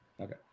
Okay